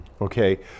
okay